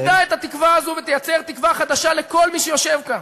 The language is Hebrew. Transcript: תגדע את התקווה הזו ותייצר תקווה חדשה לכל מי שיושב כאן.